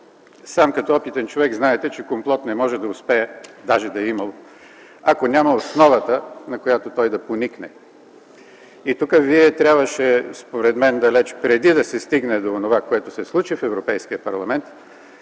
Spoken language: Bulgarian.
сам като опитен човек знаете, че комплот не може да успее, даже да е имало, ако няма основата, на която той да поникне. Вие трябваше, според мен далеч преди да се стигне до онова, което се случи в Европейския парламент,